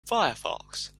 firefox